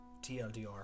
TLDR